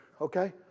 Okay